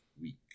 week